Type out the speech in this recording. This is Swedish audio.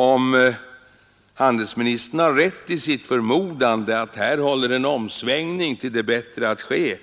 Om handelsministern har rätt i sin förmodan att en omsvängning till det bättre håller på att ske